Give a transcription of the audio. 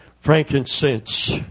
frankincense